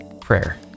prayer